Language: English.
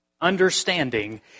understanding